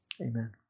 Amen